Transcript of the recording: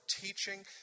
teaching